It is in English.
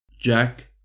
Jack